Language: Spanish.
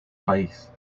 país